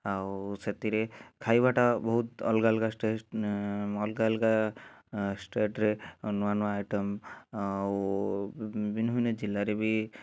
ଆଉ ସେଥିରେ ଖାଇବାଟା ବହୁତ ଅଲଗା ଅଲଗା ଷ୍ଟେଟ ଅଲଗା ଅଲଗା ଷ୍ଟେଟରେ ନୂଆ ନୂଆ ଆଇଟମ୍ ଆଉ ଭିନ୍ନଭିନ୍ନ ଜିଲ୍ଲାରେ ବି